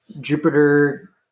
jupiter